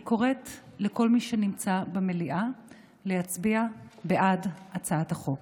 אני קוראת לכל מי שנמצא במליאה להצביע בעד הצעת החוק.